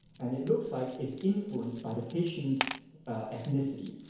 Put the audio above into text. and it looks like it's influenced by the patient's ethnicity.